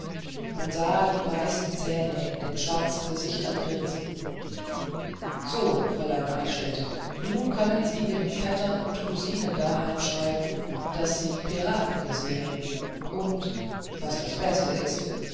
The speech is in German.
man sah die weißen zähne in den schwarzen gesichtern grinsen so fräulein eichstädt nun können sie ihren vettern und cousinen daheim schreiben daß sie piraten gesehen und was das beste ist